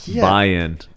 buy-in